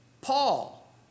Paul